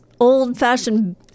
old-fashioned